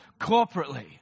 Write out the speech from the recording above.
corporately